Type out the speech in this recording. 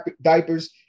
diapers